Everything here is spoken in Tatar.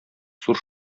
зур